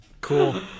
Cool